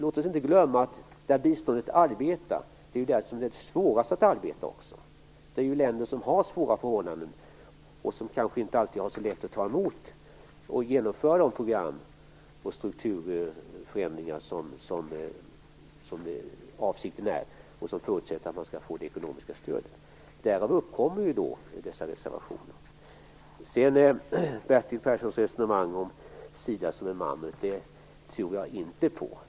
Låt oss inte glömma att där biståndet arbetar är det också svårast att arbeta. Det handlar om länder som har svåra förhållanden och som kanske inte har det så lätt att ta emot och genomföra de program och strukturförändringar som avses och som är förutsättningar för det ekonomiska stödet. Därav kommer dessa reservationer. Bertil Perssons resonemang om SIDA som en mammut tror jag inte på.